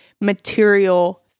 material